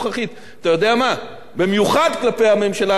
במיוחד כלפי הממשלה הנוכחית וכלפי ראש הממשלה,